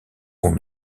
pont